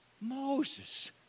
Moses